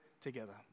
together